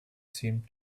seemed